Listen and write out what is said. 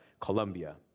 Colombia